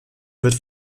wird